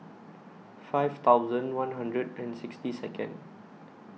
five thousand one hundred and sixty Second